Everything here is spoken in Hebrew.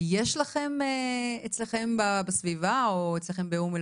ויש לכם אצלכם בסביבה או אצלכם באום אל